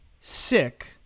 sick